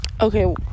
Okay